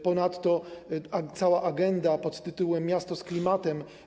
Ponadto jest cała agenda pt. „Miasto z klimatem”